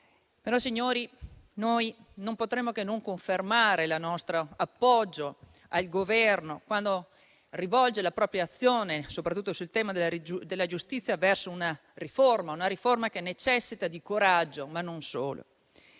Signori, noi non possiamo che confermare il nostro appoggio al Governo quando rivolge la propria azione, soprattutto in tema di giustizia, verso una riforma che necessita di coraggio, e non solo.